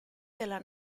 della